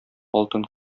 алтын